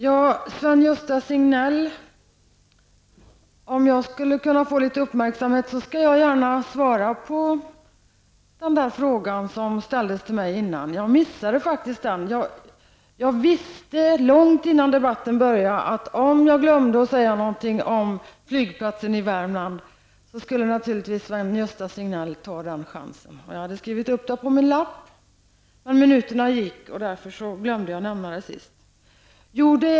Om jag kan få litet uppmärksamhet, Sven-Gösta Signell, skall jag gärna svara på den fråga som ställdes till mig tidigare. Jag missade den faktiskt. Jag visste långt innan debatten började, att om jag glömde att säga någonting om flygplatsen i Värmland skulle Sven-Gösta Signell naturligtvis ta chansen. Jag hade skrivit upp det men minuterna gick och jag glömde att nämna det.